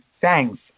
thanks